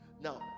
Now